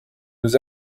nous